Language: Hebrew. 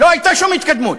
לא הייתה שום התקדמות.